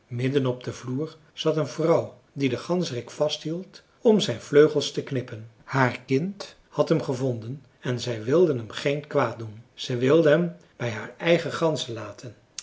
midden op den vloer zat een vrouw die den ganzerik vasthield om zijn vleugels te knippen haar kind had hem gevonden en zij wilde hem geen kwaad doen ze wilde hem bij haar eigen ganzen laten